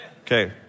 Okay